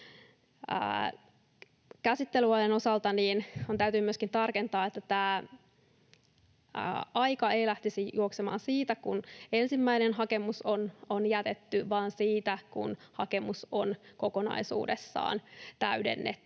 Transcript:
Käsittelyajan osalta täytyy myöskin tarkentaa, että tämä aika ei lähtisi juoksemaan siitä, kun ensimmäinen hakemus on jätetty, vaan siitä, kun hakemus on kokonaisuudessaan täydennetty